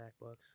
MacBooks